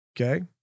Okay